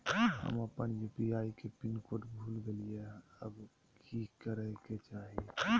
हम अपन यू.पी.आई के पिन कोड भूल गेलिये हई, अब की करे के चाही?